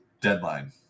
deadline